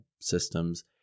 systems